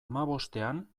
hamabostean